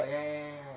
oh ya ya ya ya ya